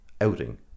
outing